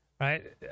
Right